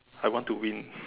I want to win